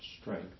strength